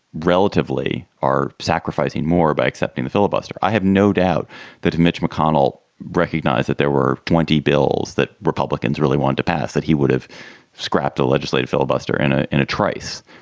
relatively, are sacrificing more by accepting the filibuster. i have no doubt that mitch mcconnell recognized that there were twenty bills that republicans really want to pass, that he would have scrapped a legislative filibuster and ah in a trice.